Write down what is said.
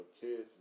kids